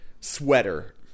sweater